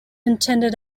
intended